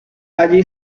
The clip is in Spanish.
allí